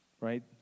right